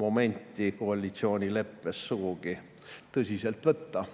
momenti koalitsioonileppes sugugi tõsiselt võtta.